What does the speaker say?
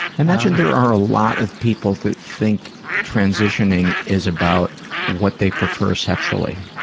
i imagine there are a lot of people that think transitioning is about what they prefer sexually.